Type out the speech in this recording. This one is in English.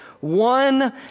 One